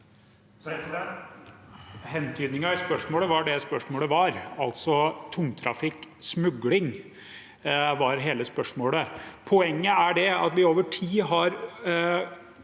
Hentydning- en i spørsmålet var det spørsmålet var, altså tungtrafikk. Smugling var hele spørsmålet. Poenget er at vi over tid –